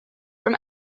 from